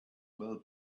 well